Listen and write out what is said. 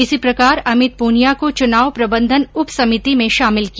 इसी प्रकार अमित पूनिया को चुनाव प्रबन्धन उपसमिति में शामिल किया